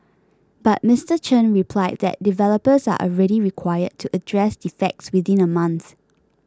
but Mister Chen replied that developers are already required to address defects within a month